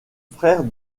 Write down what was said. frère